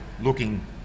looking